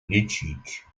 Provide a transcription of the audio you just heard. лечить